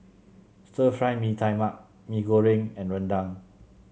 Stir Fry Mee Tai Mak Mee Goreng and rendang